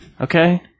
Okay